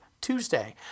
Tuesday